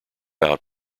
about